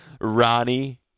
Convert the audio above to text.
Ronnie